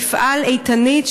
מפעל איתנית,